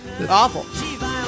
awful